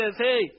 Hey